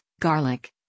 garlic